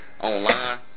online